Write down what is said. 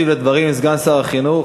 ישיב על הדברים סגן שר החינוך,